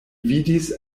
vidis